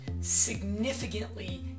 significantly